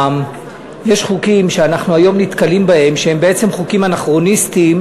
היום יש חוקים שאנחנו נתקלים בהם ורואים שהם בעצם חוקים אנכרוניסטיים.